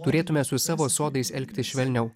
turėtume su savo sodais elgtis švelniau